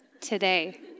today